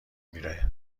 میره